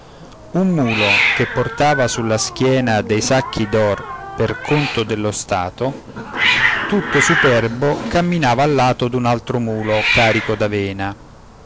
un mulo che portava sulla schiena dei sacchi d'or per conto dello stato tutto superbo camminava a lato d'un altro mulo carico